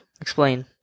Explain